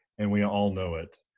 and we all know it.